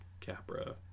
Capra